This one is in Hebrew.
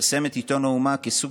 ופרסם את עיתון "האומה"